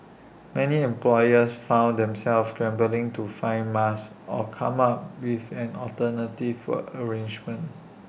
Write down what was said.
many employers found themselves scrambling to find masks or come up with an alternative work arrangements